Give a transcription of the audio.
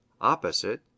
Opposite